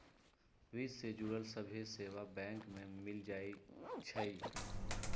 वित्त से जुड़ल सभ्भे सेवा बैंक में मिल जाई छई